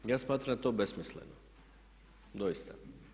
Ja smatram da je to besmisleno, doista.